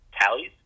tallies